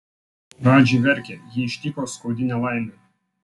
radži verkia jį ištiko skaudi nelaimė